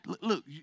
Look